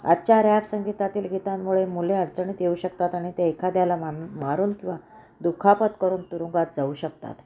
आजच्या रॅप संगीतातील गीतांमुळे मुले अडचणीत येऊ शकतात आणि ते एखाद्याला मानून मारून किंवा दुखापत करून तुरुंगात जाऊ शकतात